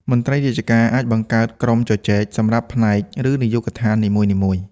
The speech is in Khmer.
មន្ត្រីរាជការអាច បង្កើតក្រុមជជែក សម្រាប់ផ្នែក ឬនាយកដ្ឋាននីមួយៗ។